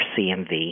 CMV